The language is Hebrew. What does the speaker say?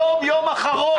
היום יום אחרון.